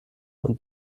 und